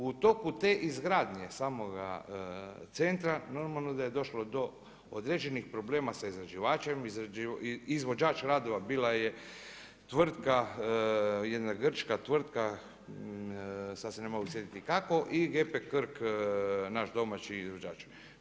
U toku te izgradnje samoga centra normalno da je došlo do određenih problema sa izvođačem, izvođač radova bila je jedna grčka tvrtka sa se ne mogu sjetiti kako i GP Krk naš domaći izvođač.